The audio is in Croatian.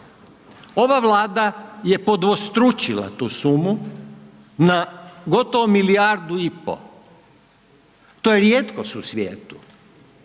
Ova Vlada je podvostručila tu sumu na gotovo milijardu i pol, to je rijetkost u svijetu,